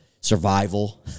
survival